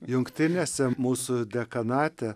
jungtinėse mūsų dekanate